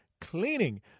cleaning